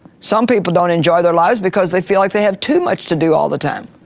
some people don't enjoy their lives because they feel like they have too much to do all the time,